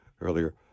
earlier